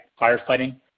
firefighting